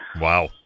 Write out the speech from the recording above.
Wow